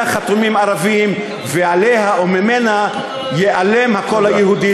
חתומים ערבים ועליה וממנה ייעלם הקול היהודי,